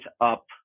up